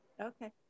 Okay